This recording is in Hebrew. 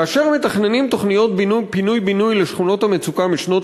כאשר מתכננים תוכניות פינוי-בינוי לשכונות המצוקה משנות